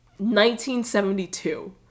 1972